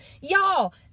Y'all